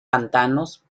pantanos